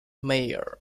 mayor